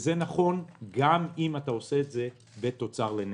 זה נכון גם אם אתה עושה את זה בתוצר לנפש.